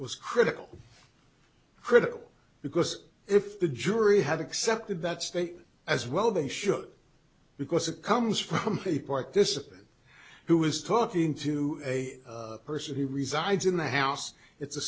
was critical critical because if the jury had accepted that statement as well they should because it comes from a participant who is talking to a person he resides in the house it's a